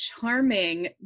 charming